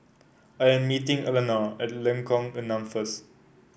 I am meeting Eleanore at Lengkok Enam first